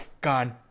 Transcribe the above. Gone